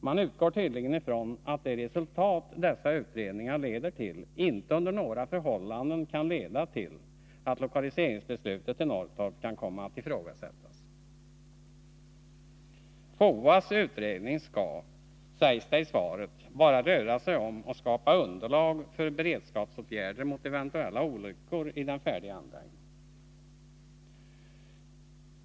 Man utgår tydligen från att de resultat dessa utredningar leder till inte under några förhållanden kan komma att innebära att beslutet om lokalisering till Norrtorp kan ifrågasättas. FOA:s utredning skall, sägs det i svaret, bara röra sig om att skapa underlag för beredskapsåtgärder mot eventuella olyckor i den färdiga anläggningen.